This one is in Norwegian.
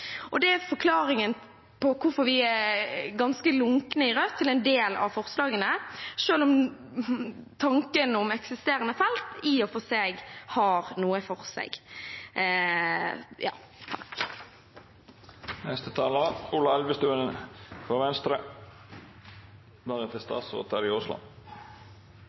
Det er forklaringen på hvorfor vi i Rødt er ganske lunkne til en del av forslagene, selv om tanken om eksisterende felt i og for seg har noe for seg. Til siste taler: